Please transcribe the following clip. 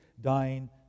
dying